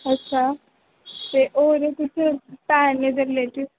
अच्छा ते होर कुछ पैह्नने दे रिलेटिड